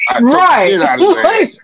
Right